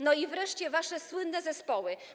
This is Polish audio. No i wreszcie wasze słynne zespoły.